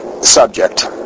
subject